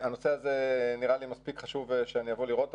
הנושא הזה נראה לי מספיק חשוב שאני אבוא לראות.